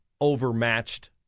overmatched